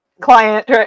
client